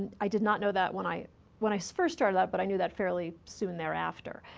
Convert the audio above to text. and i did not know that when i when i first started out, but i knew that fairly soon thereafter.